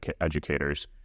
educators